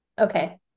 okay